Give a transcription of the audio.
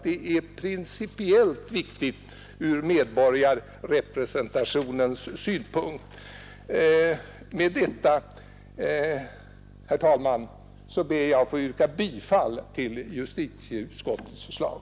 Det är principiellt viktigt ur medborgarrepresentationens synpunkt. Med dessa ord, herr talman, ber jag att få yrka bifall till utskottets förslag.